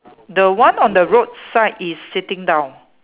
the one on the roadside is sitting down